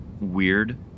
Weird